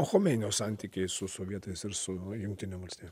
chomeinio santykiai su sovietais ir su jungtinių valstijų